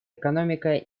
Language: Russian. экономика